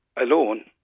alone